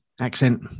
accent